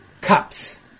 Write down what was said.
cups